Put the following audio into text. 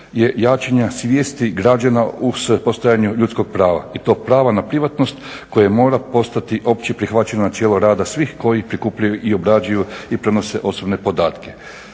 jačanje svijesti građana u supostojanju ljudskog prava i to prava na privatnost koje mora postati opće prihvaćeno načelo rada svih koji prikupljaju i obrađuju i prenose osobne podatke.